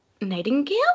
Nightingale